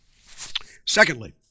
Secondly